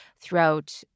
throughout